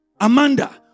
Amanda